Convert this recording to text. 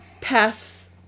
pass